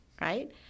right